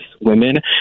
women